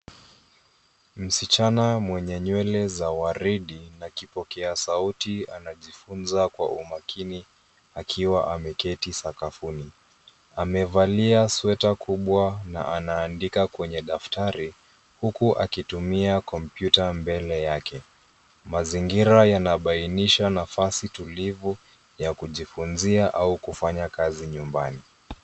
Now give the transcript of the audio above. Msichana mwenye nywele za waridi na kipokesauti anajifunza kwa umakini akiwa ameketi sakafuni. Amevalia sweta kubwa na anaandika kwenye daftari, huku akitumia kompyuta mbele yake. Mazingira yanabainisha nafasi tulivu, ya kujifunzia au kufanya kazi nyumbani.